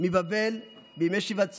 מבבל עם רב, בימי שיבת ציון,